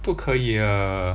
不可以 uh